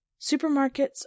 Supermarkets